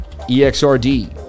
EXRD